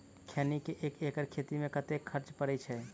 खैनी केँ एक एकड़ खेती मे कतेक खर्च परै छैय?